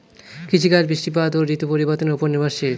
কৃষিকাজ বৃষ্টিপাত ও ঋতু পরিবর্তনের উপর নির্ভরশীল